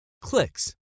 clicks